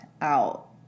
out